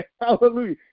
Hallelujah